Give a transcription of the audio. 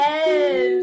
Yes